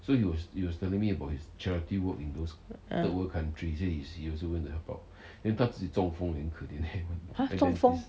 (uh huh) 中风